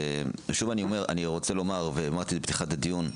אני שוב רוצה לומר, וגם אמרתי בפתיחת הדיון,